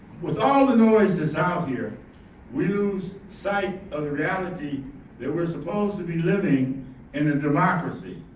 with all the noises out here we lose sight of the reality that we're supposed to be living in a democracy.